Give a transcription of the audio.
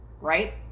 Right